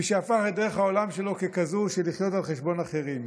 מי שהפך את דרך העולם שלו לכזאת של לחיות על חשבון אחרים.